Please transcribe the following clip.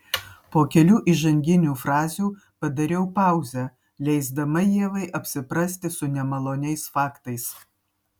po kelių įžanginių frazių padariau pauzę leisdama ievai apsiprasti su nemaloniais faktais